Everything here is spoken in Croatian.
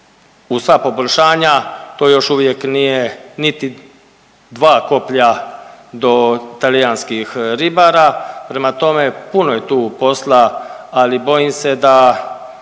uz sva poboljšanja to još uvijek nije niti dva koplja do talijanskih ribara. Prema tome, puno je tu posla, ali bojim se da